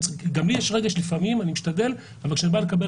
גם לי יש רגש לפעמים אני משתדל אבל כשאני בא לקבל